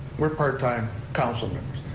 we're part time council members.